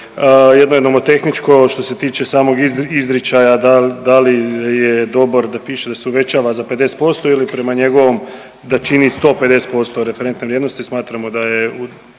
Jedno je nomotehničko što se tiče samog iz…, izričaja dal, da li je dobar da piše da se uvećava za 50% ili prema njegovom da čini 150% referentne vrijednosti, smatramo da je